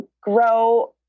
grow